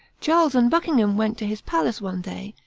charles and buckingham went to his palace one day,